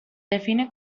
define